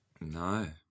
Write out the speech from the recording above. No